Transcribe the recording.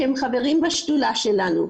שהם חברים בשדולה שלנו,